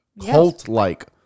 cult-like